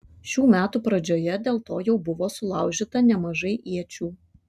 šių metų pradžioje dėl to jau buvo sulaužyta nemažai iečių